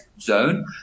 zone